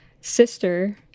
sister